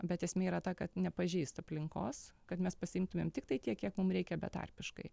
bet esmė yra ta kad nepažeist aplinkos kad mes pasiimtumėm tiktai tiek kiek mum reikia betarpiškai